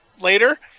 later